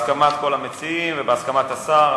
המציעים ובהסכמת השר,